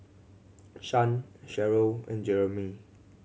Shan Sherrill and Jeremie